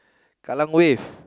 Kallang Wave